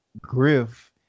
Griff